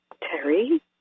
Terry